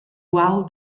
uaul